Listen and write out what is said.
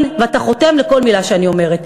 ואתה חותם על כל מילה שאני אומרת.